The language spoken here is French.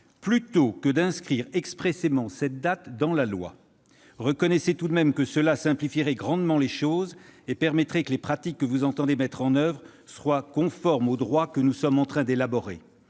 plutôt que d'inscrire expressément cette date dans la loi ? Reconnaissez tout de même que cela simplifierait grandement les choses et permettrait que les pratiques que vous entendez mettre en oeuvre soient conformes au droit que nous sommes en train d'élaborer.